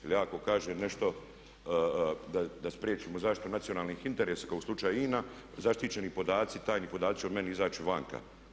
Jer ja ako kažem nešto da spriječimo zaštitu nacionalnih interesa kao u slučaju INA zaštićeni podaci, tajni podaci će o meni izaći vanka.